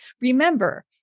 Remember